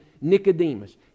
Nicodemus